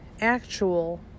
actual